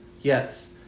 Yes